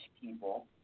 people